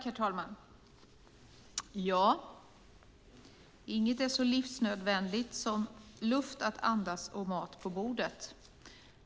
Herr talman! Inget är så livsnödvändigt som luft att andas och mat på bordet.